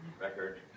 record